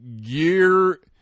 gear